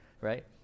right